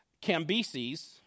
Cambyses